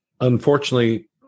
unfortunately